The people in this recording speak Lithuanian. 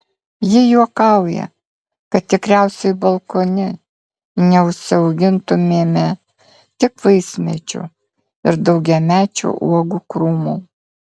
ji juokauja kad tikriausiai balkone neužsiaugintumėme tik vaismedžių ir daugiamečių uogų krūmų